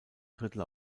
drittel